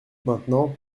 maintenant